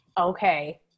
Okay